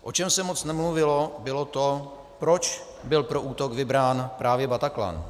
O čem se moc nemluvilo, bylo to, proč byl pro útok vybrán právě Bataclan.